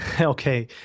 Okay